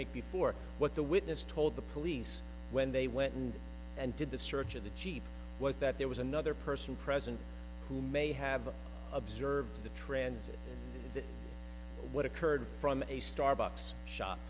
make before what the witness told the police when they went and and did the search of the jeep was that there was another person present who may have observed the transit what occurred from a starbucks sho